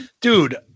Dude